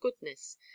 goodness